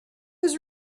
was